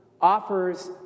offers